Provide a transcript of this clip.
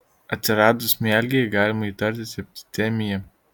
atsiradus mialgijai galima įtarti septicemiją